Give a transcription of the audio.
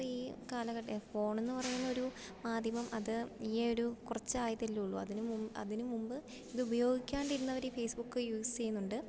ഈ കാലഘട്ടെ ഫോണെന്ന് പറയുന്നൊരു മാധ്യമം അത് ഈ ഒരു കുറച്ചായതല്ലേ ഉള്ളൂ അതിന് അതിനു മുമ്പ് ഇതുപയോഗിക്കാണ്ടിരുന്നവർ ഈ ഫേസ്ബുക്ക് യൂസ് ചെയ്യുന്നുണ്ട്